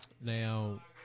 Now